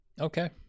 Okay